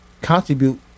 contribute